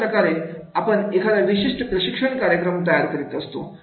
अशाप्रकारे आपण एखादा विशिष्ट प्रशिक्षण कार्यक्रम तयार करीत असतो